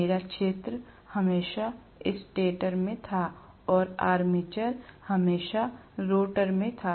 मेरा क्षेत्र हमेशा स्टेटर में था और आर्मेचर हमेशा रोटर में था